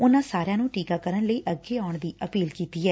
ਉਨੂਾ ਸਾਰਿਆਂ ਨੂੰ ਟੀਕਾਕਰਨ ਲਈ ਅੱਗੇ ਆਉਣ ਦੀ ਅਪੀਲ ਕੀਤੀ ਐ